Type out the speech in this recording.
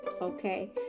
okay